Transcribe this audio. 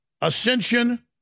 Ascension